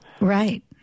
right